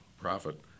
profit